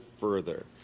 further